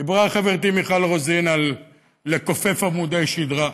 דיברה חברתי מיכל רוזין על לכופף עמודי שדרה.